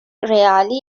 rarely